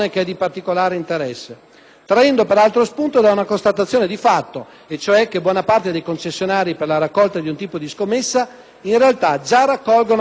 traendo peraltro spunto da una constatazione di fatto, cioè che buona parte dei concessionari per la raccolta di un tipo di scommessa in realtà già raccolgono anche l'altro tipo di scommessa